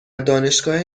دانشگاه